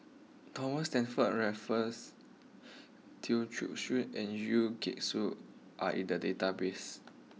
Thomas Stamford Raffles and Yeo Soon are in the database